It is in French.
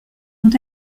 dont